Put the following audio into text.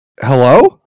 Hello